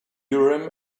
urim